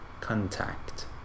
Contact